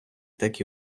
так